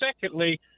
secondly